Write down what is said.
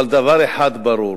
אבל דבר אחד ברור: